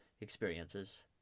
experiences